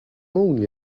only